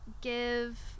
give